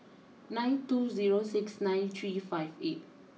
nine two zero six nine three five eight